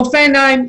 רופא עיניים,